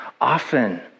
often